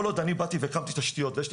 כל עוד אני באתי והקמתי תשתיות ויש לי